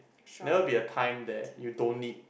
never be a time that you don't need